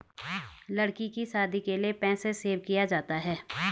लड़की की शादी के लिए पैसे सेव किया जाता है